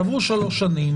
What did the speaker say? עברו שלוש שנים,